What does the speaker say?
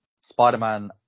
spider-man